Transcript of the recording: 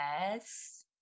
Yes